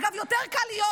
אגב, יותר קל להיות